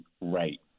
right